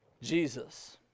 Jesus